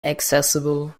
accessible